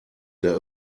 der